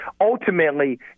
ultimately